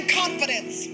confidence